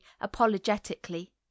apologetically